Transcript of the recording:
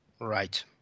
Right